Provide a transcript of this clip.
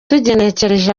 tugenekereje